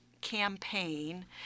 campaign